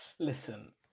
Listen